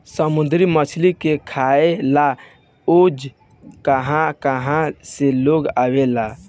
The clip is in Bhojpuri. समुंद्री मछली के खाए ला ओजा कहा कहा से लोग आवेला